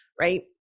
right